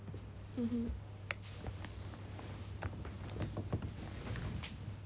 mmhmm